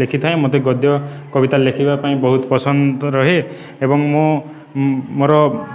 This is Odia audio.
ଲେଖିଥାଏ ମୋତେ ଗଦ୍ୟ କବିତା ଲେଖିବା ପାଇଁ ବହୁତ ପସନ୍ଦ ରୁହେ ଏବଂ ମୁଁ ମୋର